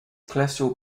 cholesterol